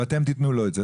ואתם תיתנו לו את זה.